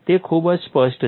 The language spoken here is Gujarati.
તે ખૂબ જ સ્પષ્ટ છે